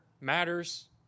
matters